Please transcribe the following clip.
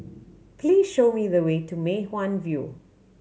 please show me the way to Mei Hwan View